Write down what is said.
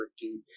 turkey